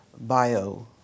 bio